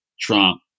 Trump